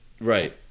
Right